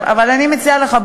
אבל אני מציעה לך,